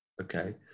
okay